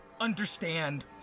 understand